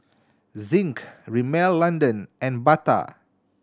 Zinc Rimmel London and Bata